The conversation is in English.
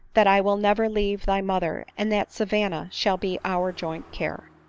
that i will never leave thy mother, and that savanna shall be our joint care.